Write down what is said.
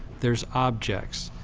there's objects,